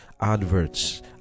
adverts